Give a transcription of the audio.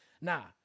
Now